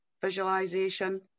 visualization